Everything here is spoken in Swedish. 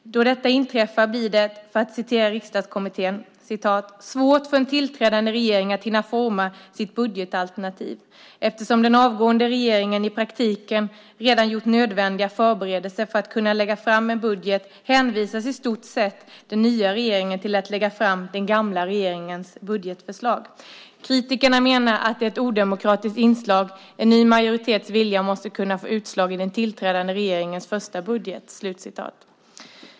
Då detta inträffar blir det, för att citera Riksdagskommittén "svårt för en tillträdande regering att hinna forma sitt budgetalternativ. Eftersom den avgående regeringen i praktiken redan gjort nödvändiga förberedelser för att kunna lägga fram en budget, hänvisas i stort sett den nya regeringen till att lägga fram den gamla regeringens budgetförslag. Kritikerna menar att det är ett odemokratiskt inslag. En ny majoritets vilja måste kunna få utslag i den tillträdande regeringens första budget."